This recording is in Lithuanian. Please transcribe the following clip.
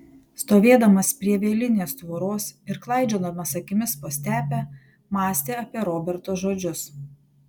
stovėdamas prie vielinės tvoros ir klaidžiodamas akimis po stepę mąstė apie roberto žodžius